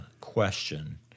question